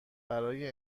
برای